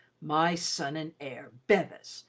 my son and heir, bevis,